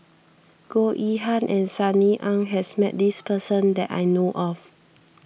Goh Yihan and Sunny Ang has met this person that I know of